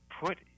put